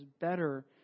better